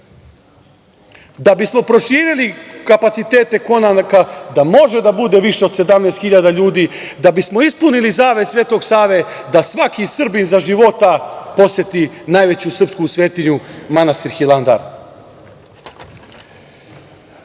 da bismo proširili kapacitete konaka da može da bude više od 17 hiljada ljudi da bismo ispunili zavet Svetog Save da svaki Srbin za života poseti najveću srpsku svetinju manastir Hilandar. Moram